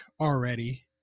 already